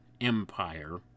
empire